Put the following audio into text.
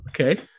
Okay